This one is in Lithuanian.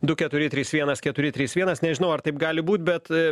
du keturi trys vienas keturi trys vienas nežinau ar taip gali būt bet